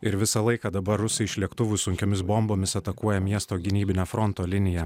ir visą laiką dabar rusai iš lėktuvų sunkiomis bombomis atakuoja miesto gynybinę fronto liniją